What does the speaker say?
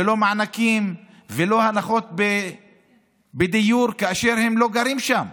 לא מענקים ולא הנחות בדיור כאשר הם לא גרים שם.